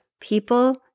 people